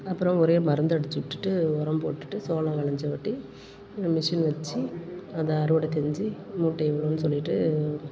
அப்பறம் ஒரே மருந்து அடித்து விட்டுட்டு உரம் போட்டுட்டு சோளம் விளஞ்சங்காட்டி மிஷினு வச்சி அதை அறுவடை செஞ்சி மூட்டை எவ்வளோன்னு சொல்லிட்டு